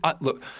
Look